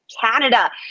Canada